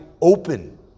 open